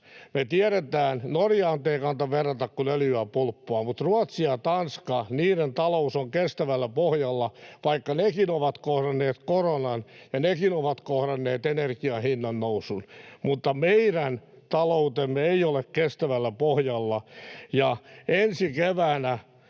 Me tiedetään — Norjaan nyt ei kannata verrata, kun öljyä pulppuaa — että Ruotsin ja Tanskan talous on kestävällä pohjalla, vaikka nekin ovat kohdanneet koronan ja nekin ovat kohdanneet energian hinnannousun. Mutta meidän taloutemme ei ole kestävällä pohjalla, ja ensi keväänä